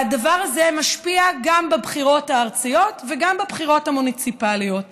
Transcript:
והדבר הזה משפיע גם בבחירות הארציות וגם בבחירות המוניציפליות.